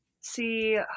See